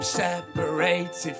separated